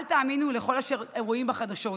אל תאמינו לכל אשר רואים בחדשות.